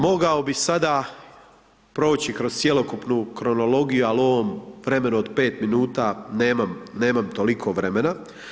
Mogao bi sada proći kroz cjelokupnu kronologiju, al u ovom vremenu od 5 minuta nemam, nemam toliko vremena.